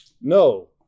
No